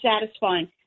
satisfying